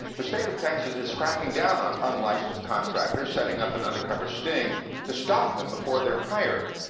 the state of texas is cracking down on unlicensed contractors, setting up an undercover sting to stop them before they're hired.